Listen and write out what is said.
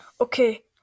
Okay